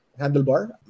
handlebar